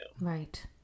Right